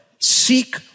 seek